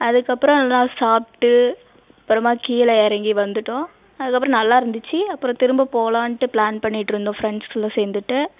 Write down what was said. அதுக்கப்புறம் எல்லாம் சாப்பிட்டு அப்புறமா கீழே இறங்கி வந்துவிட்டோம் அதுக்கப்புறம் நல்லா இருந்துச்சு அப்புறம் திரும்ப போகலான்ட்டு பிளான் பண்ணிவிட்டு இருந்தோம் ஃப்ரெண்ட்ஸ் ஃபுல்லாக சேர்ந்துட்டு